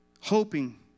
hoping